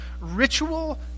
Ritual